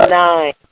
nine